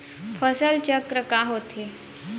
फसल चक्र का होथे?